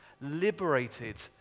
liberated